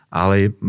ale